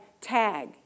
tag